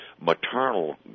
maternal